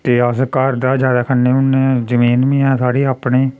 ते अस घर दा गै ज्यादा खन्ने होन्ने जमीन बी हैन साढ़ी अपनी